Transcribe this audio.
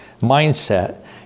mindset